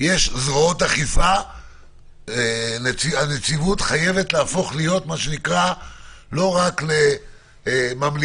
זרועות אכיפה והנציבות חייבת להפוך להיות לא רק ממליצה,